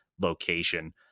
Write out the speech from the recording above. location